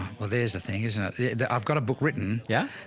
well there's a thing, isn't it? i've got a book written. yeah.